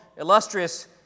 illustrious